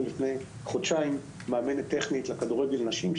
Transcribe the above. לפני חודשיים מאמנת טכנית משווייץ לכדורגל נשים,